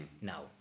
Now